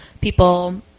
people